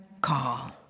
call